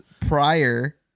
prior